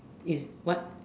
is what